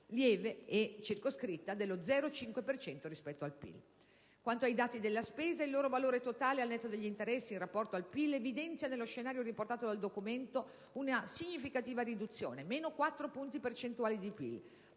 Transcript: lieve e circoscritta, dello 0,5 per cento rispetto al PIL. Quanto ai dati della spesa, il loro valore totale al netto degli interessi, in rapporto al PIL, evidenzia nello scenario riportato dal documento una significativa riduzione (meno 4 punti percentuali di PIL),